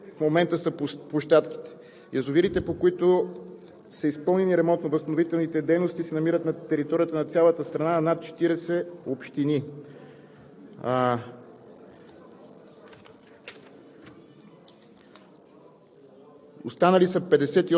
площадките на 70 броя язовири от горепосочените в момента. Язовирите, по които са изпълнени ремонтно-възстановителните дейности, се намират на територията на цялата страна – в над 40 общини.